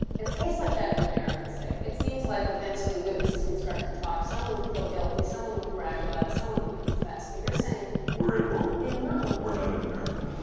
in a case like that in america, say, it seems like eventually witnesses would start to talk. someone would feel guilty. someone would brag about it. someone would confess, but you're saying. we're in rome. in rome we're not in america.